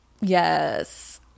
Yes